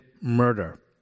murder